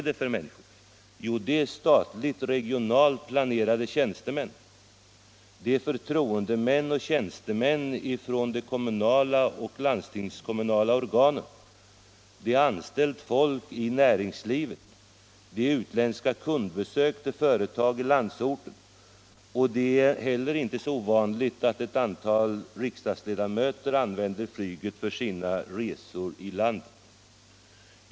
Det är statligt och regionalt planerande tjänstemän, det är förtroendemän och tjänstemän från de kommunala och landstingskommunala organen. Det är människor anställda i näringslivet, och det är utländska kundbesök till företag i landsorten. Det är inte heller ovanligt att riksdagsledamöter använder flyget för sina resor i landet.